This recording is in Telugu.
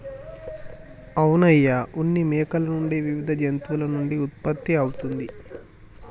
అవును అయ్య ఉన్ని మేకల నుండి వివిధ జంతువుల నుండి ఉత్పత్తి అవుతుంది